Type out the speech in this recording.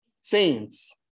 saints